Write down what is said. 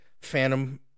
Phantom